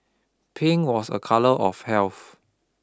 pink was a colour of health